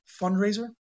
fundraiser